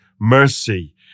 mercy